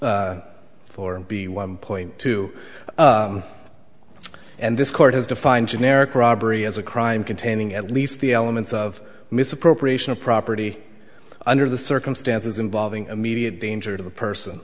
and b one point too and this court has defined generic robbery as a crime containing at least the elements of misappropriation of property under the circumstances involving immediate danger to the person